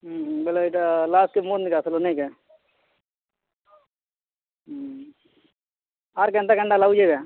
ବେଲେ ଏଇଟା ଲାଷ୍ଟ ନାଇକେ ଆର୍ କେନ୍ତା କେନ୍ତା ଲାଗୁଛେ ଏବେ